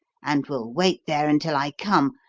and will wait there until i come,